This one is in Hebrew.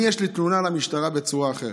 אני, יש לי תלונה למשטרה בצורה אחרת,